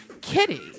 Kitty